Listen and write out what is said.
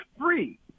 free